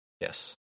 Yes